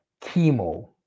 chemo